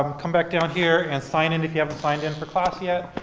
um come back down here and sign in if you haven't signed in for class yet.